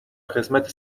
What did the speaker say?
قسمت